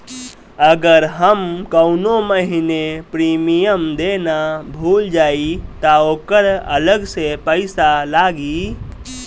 अगर हम कौने महीने प्रीमियम देना भूल जाई त ओकर अलग से पईसा लागी?